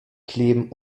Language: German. kleben